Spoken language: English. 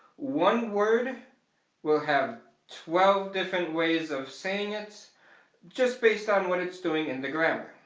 one word will have twelve different ways of saying it just based on what it's doing in the grammar.